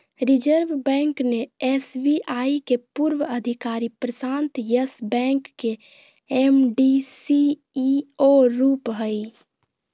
reserve bank ने SBI के पूर्व अधिकारी प्रशांत यस बैंक के एम.डी, सी.ई.ओ रूप हइ